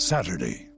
Saturday